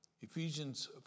Ephesians